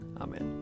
Amen